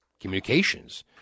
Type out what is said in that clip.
communications